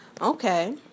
Okay